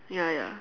ya ya